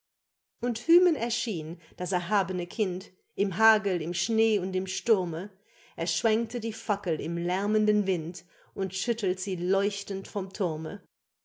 und hymen erschien das erhabene kind im hagel im schnee und im sturme er schwenkte die fackel im lärmenden wind und schüttelt sie leuchtend vom thurme